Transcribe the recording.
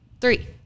Three